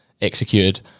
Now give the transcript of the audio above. executed